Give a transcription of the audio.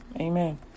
Amen